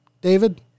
David